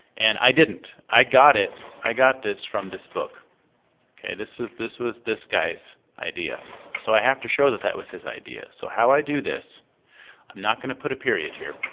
and i didn't. i got it, i got this from this book. o k. this is this was this guy's idea so i have to show that that was his idea so how i do this, i'm not going to put a period here.